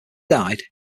died